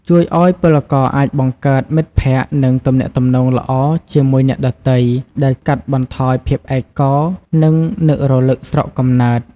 ជួយឱ្យពលករអាចបង្កើតមិត្តភក្តិ និងទំនាក់ទំនងល្អជាមួយអ្នកដទៃ ដែលកាត់បន្ថយភាពឯកោ និងនឹករលឹកស្រុកកំណើត។